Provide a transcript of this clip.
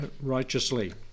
righteously